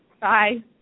Bye